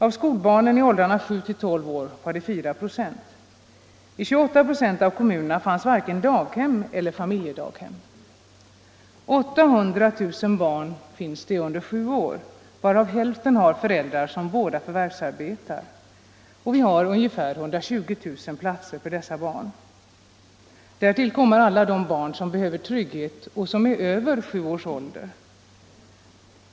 Av skolbarnen i åldrarna 7-12 var det 4 96. I 28 96 av kommunerna fanns varken daghem eller familjedaghem. Det finns nu 800 000 barn under sju år, varav hälften har föräldrar som båda förvärvsarbetar. Vi har ungefär 120 000 platser för dessa barn. Därtill kommer alla de barn som behöver trygghet och som är över sju år.